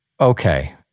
Okay